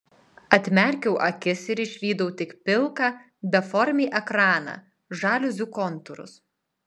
atmerkiau akis ir išvydau tik pilką beformį ekraną žaliuzių kontūrus